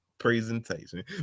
Presentation